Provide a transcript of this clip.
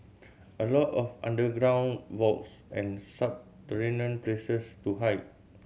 a lot of underground vaults and subterranean places to hide